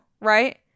right